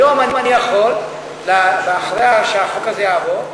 היום אני יכול, אחרי שהחוק הזה יעבור,